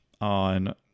on